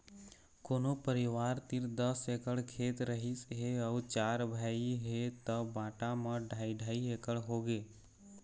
कोनो परिवार तीर दस एकड़ खेत रहिस हे अउ चार भाई हे त बांटा म ढ़ाई ढ़ाई एकड़ होगे